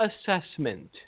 assessment